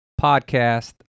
podcast